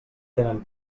tenen